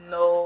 no